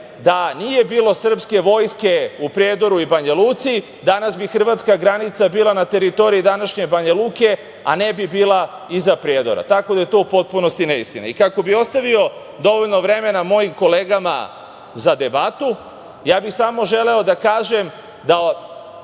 da nije bilo srpske vojske u Prijedoru i Banjaluci, danas bih hrvatska granica bila na teritoriji današnje Banjaluke, a ne bi bila iza Prijedora, tako da je to u potpunosti neistina. Lako bih ostavio dovoljno vremena mojim kolegama za debatu, ja bih samo želeo da kažem da